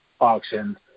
auction